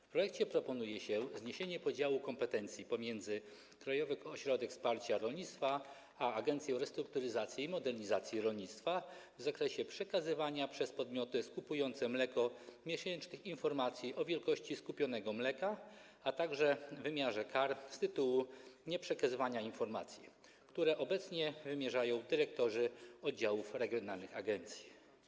W projekcie proponuje się zniesienie podziału kompetencji pomiędzy Krajowym Ośrodkiem Wsparcia Rolnictwa a Agencją Restrukturyzacji i Modernizacji Rolnictwa w zakresie przekazywania przez podmioty skupujące mleko miesięcznych informacji o wielkości skupionego mleka, a także wymiarze kar z tytułu nieprzekazywania informacji, które obecnie wymierzają dyrektorzy oddziałów regionalnych agencji.